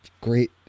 great